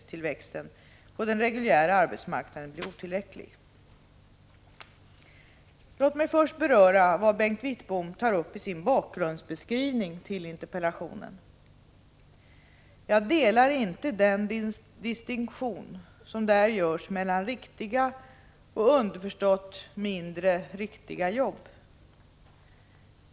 Låt mig först beröra vad Bengt Wittbom tar upp i sin bakgrundsbeskrivning i interpellationen. Jag delar inte den distinktion som där görs mellan riktiga och underförstått mindre riktiga jobb.